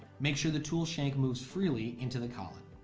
make sure the tool shank moves freely into the collet